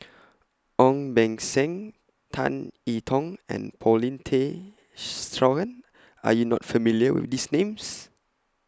Ong Beng Seng Tan I Tong and Paulin Tay Straughan Are YOU not familiar with These Names